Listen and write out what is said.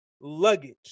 luggage